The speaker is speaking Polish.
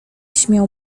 śmiał